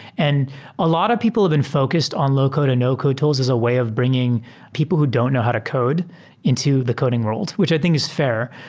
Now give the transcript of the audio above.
and a lot of people have been focused on low code and no code tools as a way of bringing people who don't know how to code into the coding wor ld, which i think is fair.